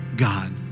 God